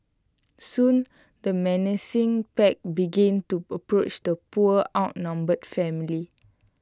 soon the menacing pack begin to approach the poor outnumbered family